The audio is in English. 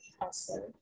awesome